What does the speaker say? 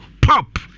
Pop